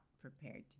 prepared